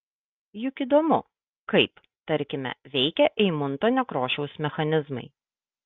juk įdomu kaip tarkime veikia eimunto nekrošiaus mechanizmai